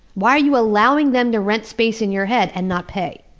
why are you allowing them to rent space in your head and not pay?